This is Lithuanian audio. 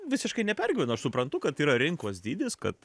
visiškai nepergyvenu aš suprantu kad yra rinkos dydis kad